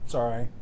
Sorry